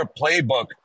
playbook